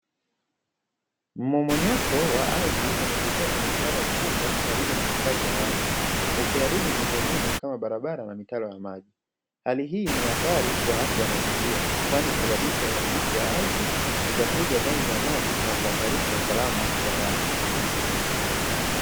Mmomonyoko wa ardhi umetokea kwenye mtaro mkubwa karibu na makazi ya watu, ukiharibu miundombinu kama barabara na mitaro ya maji. Hali hii ni hatari kwa afya ya mazingira kwani husababisha uharibifu wa ardhi, uchafuzi wa vyanzo vya maji na kuhatarisha usalama wa watu.